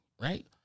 right